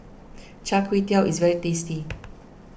Char Kway Teow is very tasty